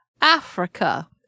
Africa